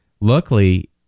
Luckily